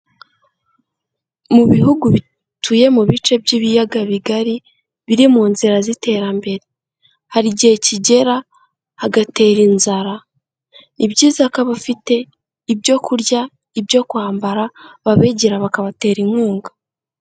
Mu bihugu bituye mu bice by'ibiyaga bigari biri mu nzira z'iterambere, hari igihe kigera hagatera inzara, ni byiza ko abafite ibyo kurya, ibyo kwambara babegera bakabatera inkunga.